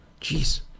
Jeez